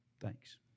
Thanks